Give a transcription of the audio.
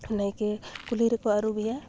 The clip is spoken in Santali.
ᱱᱟᱭᱠᱮ ᱠᱩᱞᱦᱤᱨᱮ ᱠᱚ ᱟᱹᱨᱩᱵᱮᱭᱟ